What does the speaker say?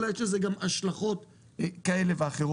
ואולי יש לזה גם השלכות כאלה ואחרות.